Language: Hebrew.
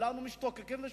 כולנו משתתקים ושותקים.